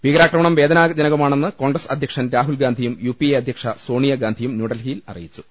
ഭീകരാക്രമണം വേദനാജനകമാണെന്ന് കോൺഗ്രസ് അധ്യക്ഷൻ രാഹുൽഗാന്ധിയും യു പി എ അധ്യക്ഷ സോണിയാഗാന്ധിയും ന്യൂഡൽഹിയിൽ അറിയിച്ചു